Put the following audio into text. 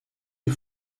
est